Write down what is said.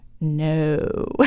no